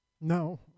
No